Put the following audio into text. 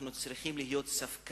אנחנו צריכים להיות ספקנים,